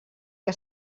que